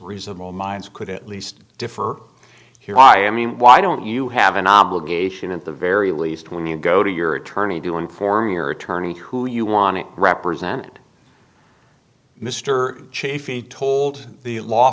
reasonable minds could at least differ here i am why don't you have an obligation at the very least when you go to your attorney do inform your attorney who you want to represent mr chafey told the law